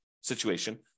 situation